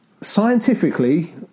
Scientifically